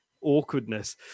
awkwardness